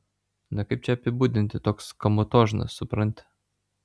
na kaip čia apibūdinti toks kamutožnas supranti